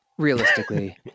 Realistically